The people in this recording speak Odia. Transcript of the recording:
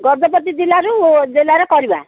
ଗଜପତି ଜିଲ୍ଲାରୁ ଜିଲ୍ଲାର କରିବା